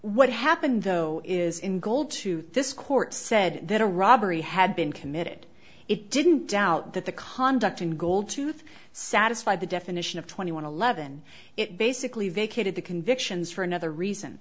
what happened though is in gold to this court said that a robbery had been committed it didn't doubt that the conduct in gold tooth satisfy the definition of twenty one eleven it basically vacated the convictions for another reason